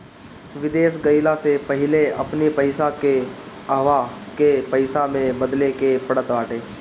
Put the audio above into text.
विदेश गईला से पहिले अपनी पईसा के उहवा के पईसा में बदले के पड़त बाटे